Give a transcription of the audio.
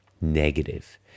negative